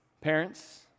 Parents